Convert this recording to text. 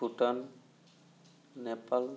Bhutan Nepal